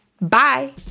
Bye